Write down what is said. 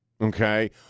okay